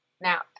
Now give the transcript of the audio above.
now